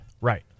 Right